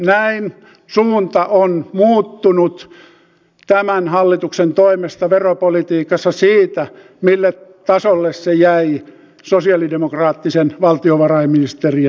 näin suunta on muuttunut tämän hallituksen toimesta veropolitiikassa siitä mille tasolle se jäi sosialidemokraattisen valtiovarainministerin aikana